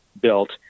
built